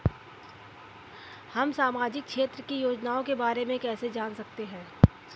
हम सामाजिक क्षेत्र की योजनाओं के बारे में कैसे जान सकते हैं?